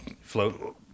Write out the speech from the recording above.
float